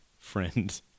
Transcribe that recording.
friend